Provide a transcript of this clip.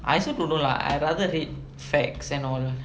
I also don't know lah I rather read facts and all